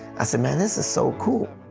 i said man, this is so cool.